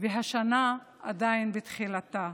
והשנה עדיין בתחילתה.